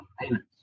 payments